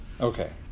Okay